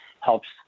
helps